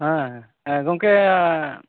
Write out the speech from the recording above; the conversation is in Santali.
ᱦᱮᱸ ᱦᱮᱸ ᱜᱚᱝᱠᱮ